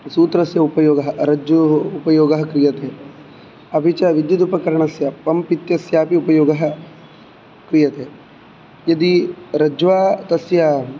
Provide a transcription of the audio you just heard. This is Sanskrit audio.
सूत्रस्य उपयोगः रज्जु उपयोगः क्रियते अपि च विद्युदुपकरणस्य पम्प् इत्यस्यापि उपयोगः क्रियते यदि रज्वा तस्य